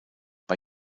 bei